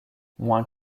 moins